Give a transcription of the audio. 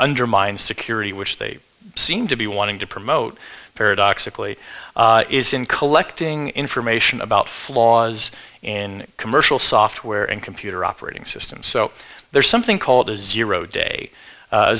undermined security which they seem to be wanting to promote paradoxically is in collecting information about flaws in commercial software and computer operating systems so there's something called a zero day